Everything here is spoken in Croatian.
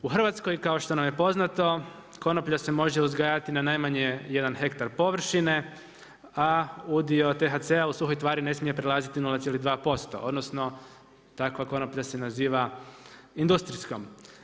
U Hrvatskoj kao što nam je poznato konoplja se može uzgajati na najmanje 1 hektar površine, a udio THC-a u suhoj tvari ne smije prelaziti 02% odnosno takva konoplja se naziva industrijskom.